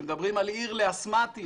כשמדברים על עיר לאסתמטיים,